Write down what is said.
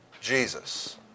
Jesus